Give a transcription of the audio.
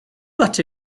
but